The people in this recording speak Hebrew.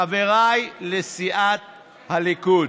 חבריי לסיעת הליכוד,